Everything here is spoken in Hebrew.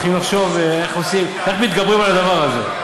מתחילים לחשוב איך מתגברים על הדבר הזה.